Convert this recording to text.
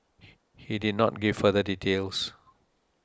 he did not give further details